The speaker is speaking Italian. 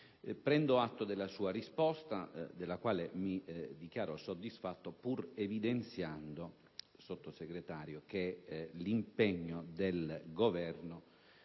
prendo atto della sua risposta, della quale mi dichiaro soddisfatto, pur evidenziando che l'impegno del Governo